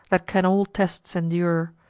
that can all tests endure,